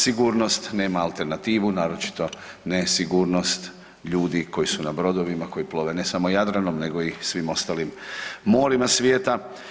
Sigurnost nema alternativu, naročito ne sigurnost ljudi koji su na brodovima, koji plove ne samo Jadranom nego i svim ostalim morima svijeta.